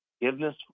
forgiveness